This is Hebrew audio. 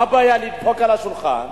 מה הבעיה לדפוק על השולחן,